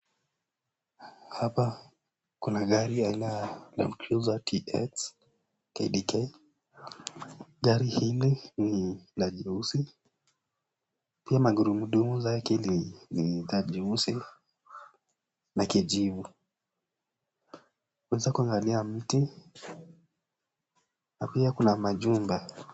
Hapa kuna gari aina ya land cruiser tx KDK. Gari hili ni la jeusi. Pia magurudumu zake ni la jeusi na kijivu. Tunaweza kuangalia mti na pia kuna majumba.